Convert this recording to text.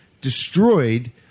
destroyed